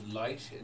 light